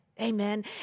Amen